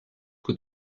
que